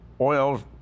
oil